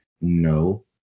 No